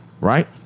right